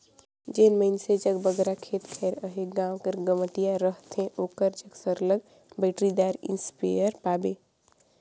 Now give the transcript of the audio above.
जेन मइनसे जग बगरा खेत खाएर अहे गाँव कर गंवटिया रहथे ओकर जग सरलग बइटरीदार इस्पेयर पाबे